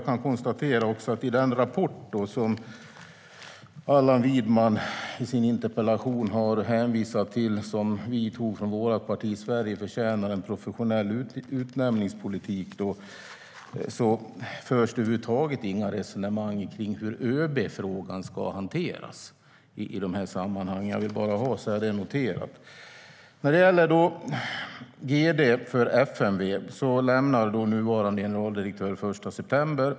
I vårt partis rapport Sverige förtjänar en profes sionell utnämningspolitik , som Allan Widman hänvisar till i sin interpellation, förs det över huvud taget inga resonemang kring hur ÖB-frågan ska hanteras i de här sammanhangen. Jag vill bara ha det noterat. Nuvarande generaldirektör för FMV avgår den 1 september.